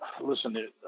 listen